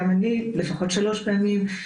גם אני לפחות שלוש פעמים,